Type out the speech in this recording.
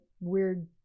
weird